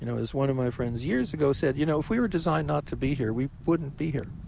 you know as one of my friends years ago said, you know if we were designed not to be here, we wouldn't be here.